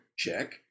Check